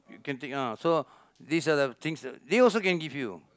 you can take ah so these are the things they also can give you